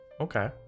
Okay